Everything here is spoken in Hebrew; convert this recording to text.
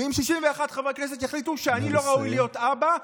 אם 61 חברי כנסת שיחליטו שאני לא ראוי להיות אבא,